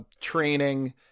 training